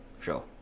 Sure